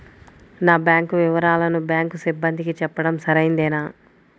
నా బ్యాంకు వివరాలను బ్యాంకు సిబ్బందికి చెప్పడం సరైందేనా?